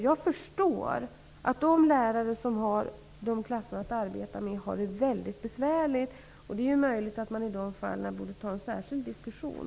Jag förstår att de lärare som har så stora klasser att arbeta med har det väldigt besvärligt, och det är möjligt att man i de fallen borde ta upp en särskild diskussion.